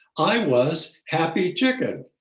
i was happy chicken.